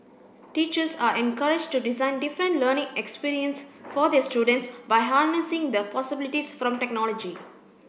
teachers are encouraged to design different learning experience for their students by harnessing the possibilities from technology